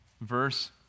verse